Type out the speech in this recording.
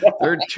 Third